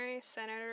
Senator